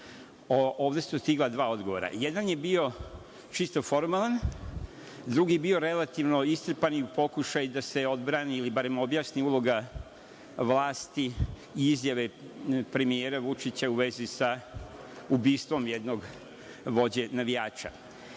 Ovde su stigla dva odgovora. Jedan je bio čisto formalan, drugi bio relativno iscrpan i pokušaj da se odbrani, ili barem objasni uloga vlasti i izjave premijera Vučića u vezi sa ubistvom jednog vođe navijača. Drugo,